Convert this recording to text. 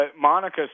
Monica